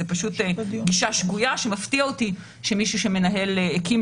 זו פשוט גישה שגוייה שמפתיע אותי שמישהו שהקים